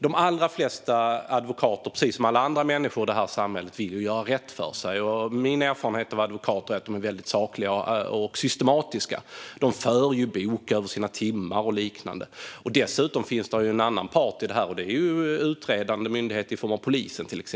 De allra flesta advokater, precis som alla andra människor i detta samhälle, vill nämligen göra rätt för sig. Min erfarenhet av advokater är också att de är väldigt sakliga och systematiska; de för bok över sina timmar och liknande. Dessutom finns det en annan part i detta, nämligen utredande myndigheter i form av till exempel polisen.